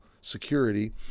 security